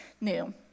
new